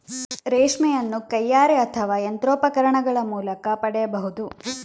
ರೇಷ್ಮೆಯನ್ನು ಕೈಯಾರೆ ಅಥವಾ ಯಂತ್ರೋಪಕರಣಗಳ ಮೂಲಕ ಪಡೆಯಬಹುದು